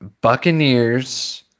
Buccaneers